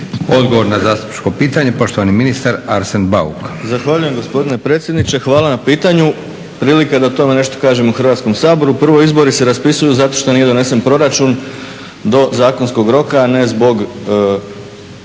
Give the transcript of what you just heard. Odgovor na zastupničko pitanje, poštovani ministar Arsen Bauk. **Bauk, Arsen (SDP)** Zahvaljujem gospodine predsjedniče. Hvala na pitanju. Prilika je da o tome nešto kažem u Hrvatskom saboru. Prvo, izbori se raspisuju zato što nije donesen proračun do zakonskog roka, a ne zbog